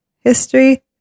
history